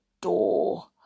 door